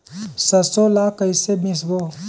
सरसो ला कइसे मिसबो?